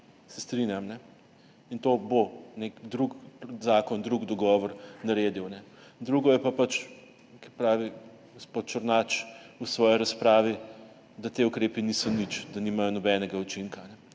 se strinjam. To bo naredil nek drug zakon, drug dogovor. Drugo je pa pač, kot pravi gospod Černač v svoji razpravi, da ti ukrepi niso nič, da nimajo nobenega učinka.